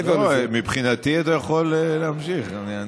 מבחינתי אתה יכול להמשיך.